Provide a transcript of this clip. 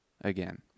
again